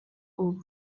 ubu